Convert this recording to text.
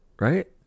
Right